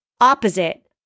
opposite